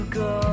go